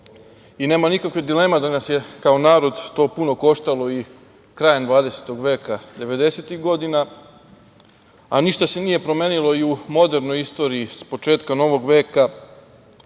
nema nikakve dileme da nas je kao narod to puno koštalo i krajem 20. veka devedesetih godina, a ništa se nije promenilo i u modernoj istoriji s početka novog veka.